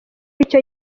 icyo